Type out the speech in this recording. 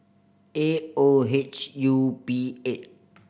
A O H U B eight